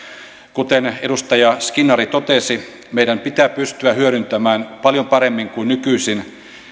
kuten edustaja skinnari totesi meidän pitää pystyä hyödyntämään paljon paremmin kuin nykyisin